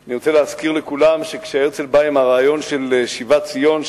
אני רוצה להזכיר לכולם שכשהרצל בא עם הרעיון של שיבת ציון,